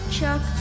Chuck